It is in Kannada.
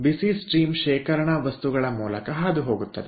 ಬಿಸಿ ಹರಿವು ಶೇಖರಣಾ ವಸ್ತುಗಳ ಮೂಲಕ ಹಾದುಹೋಗುತ್ತದೆ